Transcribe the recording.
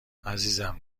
عزیزم